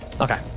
Okay